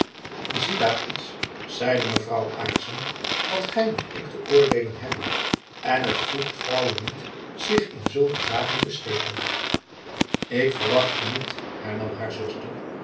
zie daar iets zeide mevrouw aarssen wat gy noch ik te beöordeelen hebben en het voegt vrouwen niet zich in zulke zaken te steken ik verwachtte niet hernam haar zuster